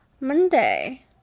Monday